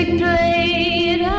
played